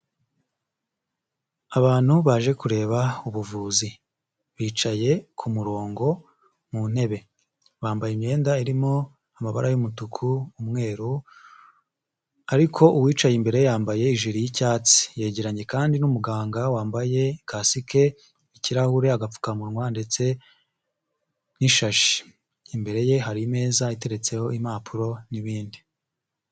Abantu baje kureba ubuvuzi. Bicaye ku murongo, mu ntebe. Bambaye imyenda irimo amabara y'umutuku, umweru, ariko uwicaye imbere yambaye ijiri y'icyatsi. Yegeranye kandi n'umuganga wambaye casike, ikirahure, agapfukamunwa, ndetse n'ishashi. Imbere ye hari imeza iteretseho impapuro, n'ibindi.